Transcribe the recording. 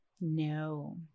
No